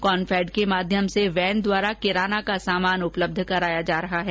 कॉनफेड के माध्यम से वैन द्वारा किराना का सामान उपलब्ध कराया जा रहा है